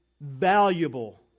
valuable